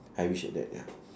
I wish like that ya